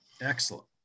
Excellent